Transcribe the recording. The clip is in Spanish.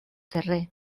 cerré